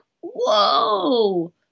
whoa